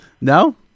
No